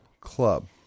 club